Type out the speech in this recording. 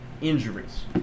injuries